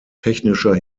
technischer